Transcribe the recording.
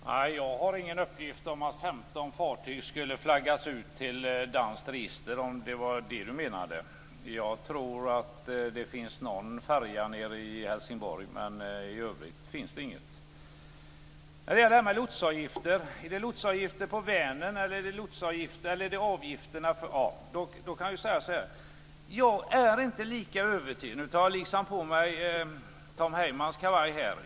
Fru talman! Jag har ingen uppgift om att 15 fartyg skulle ha flaggats ut till danskt register, om det var det Viviann Gerdin menade. Jag tror att någon färja nere i Helsingborg kan vara aktuell, men i övrigt finns det inget. När det gäller lotsavgifterna undrar jag om det är lotsavgifter på Vänern. Det är det inte. Då tar jag så att säga på mig Tom Heymans kavaj här.